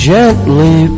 Gently